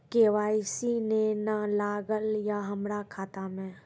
KYC ने न लागल या हमरा खाता मैं?